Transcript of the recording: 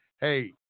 hey